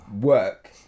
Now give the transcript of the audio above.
Work